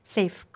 safe